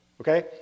Okay